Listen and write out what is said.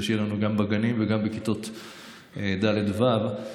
שיהיה לנו גם בגנים וגם בכיתות ד' ו'.